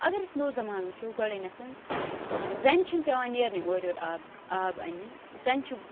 اَگر أسۍ نوٚو زمانہٕ وُچھو گۄڈٕنٮ۪تھ آ زَنہِ چھِنہٕ پٮ۪وان نیرنے اورٕ یور آب آب اَننہِ زَنہِ چھُ آنٛگنَس